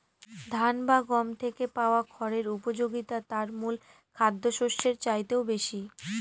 ধান বা গম থেকে পাওয়া খড়ের উপযোগিতা তার মূল খাদ্যশস্যের চাইতেও বেশি